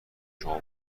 شما